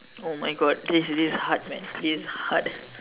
oh my God this is hard man this is hard